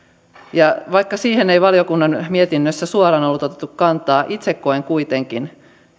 vaikka siihen ei valiokunnan mietinnössä suoraan otettu kantaa itse koen kuitenkin